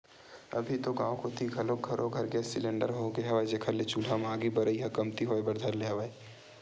अभी तो गाँव कोती घलोक घरो घर गेंस सिलेंडर होगे हवय, जेखर ले चूल्हा म आगी बरई ह कमती होय बर धर ले हवय